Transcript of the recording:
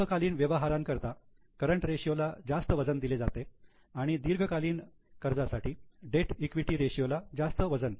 अल्पकालीन व्यवहारांकरिता करंट रेषीयला जास्त वजन दिले जाते आणि दीर्घकालीन कर्जासाठी डेट ईक्विटी रेशियो ला जास्त वजन